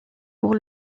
pour